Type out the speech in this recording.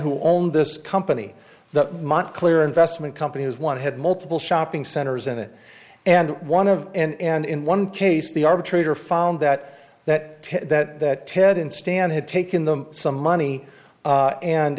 who owned this company the montclair investment company has one had multiple shopping centers in it and one of and in one case the arbitrator found that that that that ted and stan had taken them some money